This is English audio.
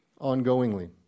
ongoingly